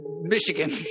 Michigan